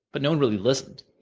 but no one really listened.